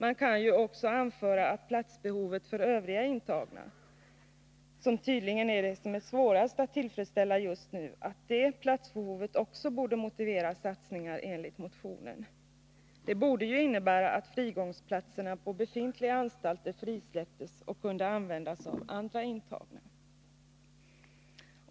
Man kan också anföra att platsbehovet för övriga intagna, som tydligen är det som är svårast att tillfredsställa just nu, också borde motivera satsningar enligt motionen. Det borde ju innebära att frigångsplatserna på befintliga anstalter frisläpptes och kunde användas av andra intagna.